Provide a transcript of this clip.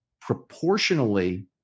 proportionally